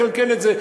לקלקל את זה.